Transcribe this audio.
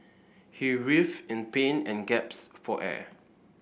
he writhed in pain and gasped for air